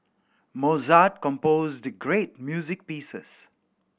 Mozart composed great music pieces